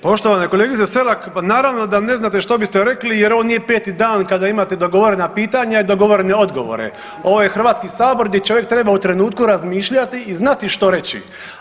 Poštovana kolegice Selak pa naravno da ne znate što biste rekli jer ono nije 5 dan kada imate dogovorena pitanja i dogovorene odgovore, ovo je Hrvatski sabor gdje čovjek treba u trenutku razmišljati i znati što reći.